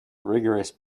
rigorous